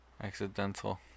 accidental